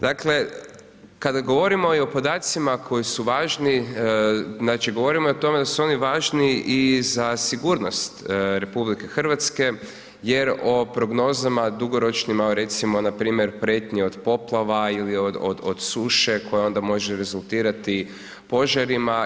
Dakle, kada govorimo o podacima koji su važni, znači, govorimo o tome da su oni važni i za sigurnost RH jer o prognozama dugoročnima recimo, npr. prijetnje od poplava ili od suše, koja onda može rezultirati požarima.